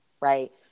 right